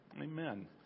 Amen